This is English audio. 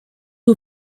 who